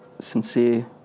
sincere